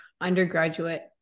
undergraduate